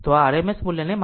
તે આ RMS મૂલ્યને માપશે